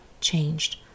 changed